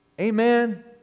Amen